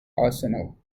arsenal